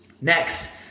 Next